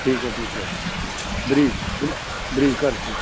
ਠੀਕ ਹੈ ਠੀਕ ਹੈ ਬਰੀਕ ਬ ਬਰੀਕ ਕਰਕੇ